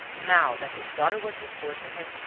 now that his daughter was restored to him,